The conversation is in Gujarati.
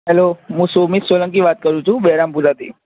હેલો હું સુમિત સોલંકી વાત કરું છું બહેરામપુરાથી